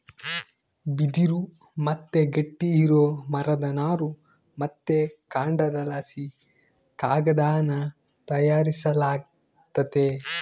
ಬಿದಿರು ಮತ್ತೆ ಗಟ್ಟಿ ಇರೋ ಮರದ ನಾರು ಮತ್ತೆ ಕಾಂಡದಲಾಸಿ ಕಾಗದಾನ ತಯಾರಿಸಲಾಗ್ತತೆ